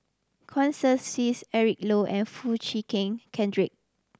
Eric Low and Foo Chee Keng Cedric